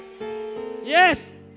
Yes